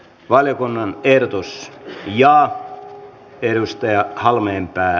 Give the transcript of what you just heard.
valiokunnan tiedotus ja edustaja hallintaa